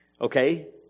Okay